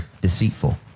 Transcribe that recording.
deceitful